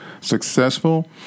successful